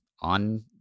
on